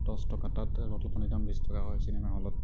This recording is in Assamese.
দহ টকা তাত এবটল পানীৰ দাম বিছ টকা হয় চিনেমা হলত